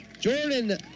Jordan